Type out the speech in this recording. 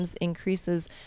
increases